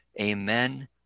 Amen